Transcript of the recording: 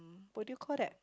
what do you call that